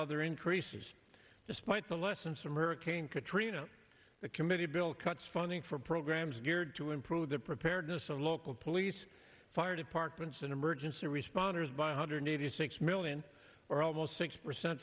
other increases despite the lessons from hurricane katrina the committee bill cuts funding for programs geared to improve the preparedness and local police fire departments and emergency responders by a hundred eighty six million or almost six percent